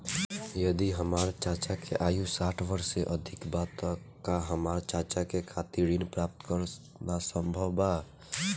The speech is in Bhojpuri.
यदि हमार चाचा के आयु साठ वर्ष से अधिक बा त का हमार चाचा के खातिर ऋण प्राप्त करना संभव बा?